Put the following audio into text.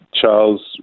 Charles